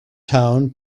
town